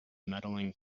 medaling